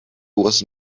was